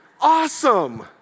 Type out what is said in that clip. Awesome